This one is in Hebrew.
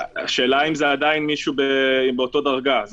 השאלה אם זה עדיין מישהו באותה דרגה.